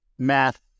math